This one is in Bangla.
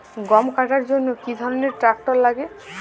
গম কাটার জন্য কি ধরনের ট্রাক্টার লাগে?